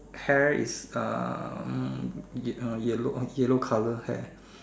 hair is um ye~ uh yellow yellow colour hair